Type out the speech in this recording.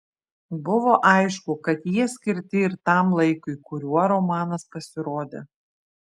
buvo aišku kad jie skirti ir tam laikui kuriuo romanas pasirodė